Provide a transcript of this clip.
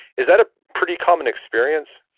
is that a pretty common experience?